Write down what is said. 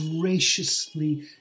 graciously